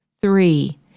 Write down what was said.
Three